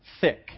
thick